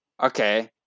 okay